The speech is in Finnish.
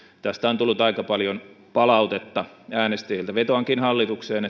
tästä on tullut aika paljon palautetta äänestäjiltä vetoankin hallitukseen